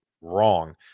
Wrong